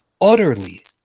utterly